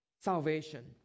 salvation